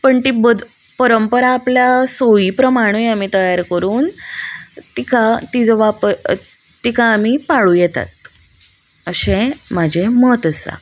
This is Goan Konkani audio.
पण ती बद परंपरा आपल्या सोयी प्रमाणूय आमी तयार करून तिका तिजो वाप तिका आमी पाळूं येतात अशें म्हजें मत आसा